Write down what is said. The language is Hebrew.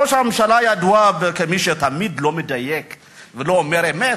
ראש הממשלה ידוע כמי שתמיד לא מדייק ולא אומר אמת,